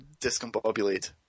discombobulate